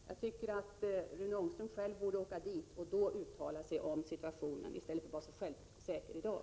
Jag tycker att Rune Ångström själv borde åka dit och då uttala sig om situationen, i stället för att vara så självsäker i dag.